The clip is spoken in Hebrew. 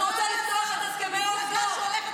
את רוצה לפתוח את הסכמי אוסלו?